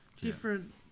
different